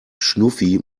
schnuffi